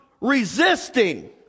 resisting